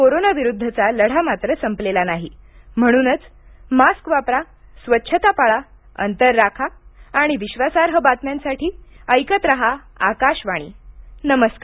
corona विरुद्धचा हा लढा आपल्याला जिंकायचा आहे म्हणूनच मास्क वापरा स्वच्छता पाळा अंतर राखा आणि विश्वासार्ह बातम्यांसाठी ऐकत रहा आकाशवाणी नमस्कार